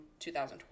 2012